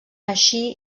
així